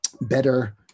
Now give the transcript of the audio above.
better